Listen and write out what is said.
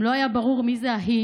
אם לא היה ברור מי זה ה"היא"